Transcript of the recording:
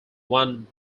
one